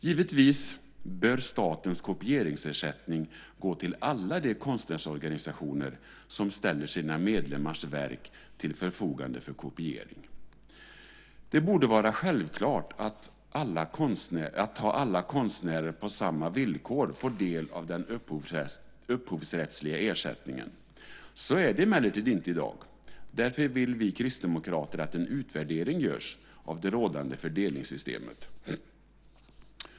Givetvis bör statens kopieringsersättning gå till alla de konstnärsorganisationer som ställer sina medlemmars verk till förfogande för kopiering. Det borde vara självklart att alla konstnärer på samma villkor får del av den upphovsrättsliga ersättningen. Så är det emellertid inte i dag. Därför vill vi kristdemokrater att en utvärdering görs av det rådande fördelningssystemet.